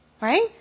Right